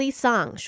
song